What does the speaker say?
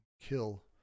kill